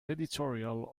editorial